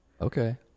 Okay